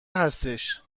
هستش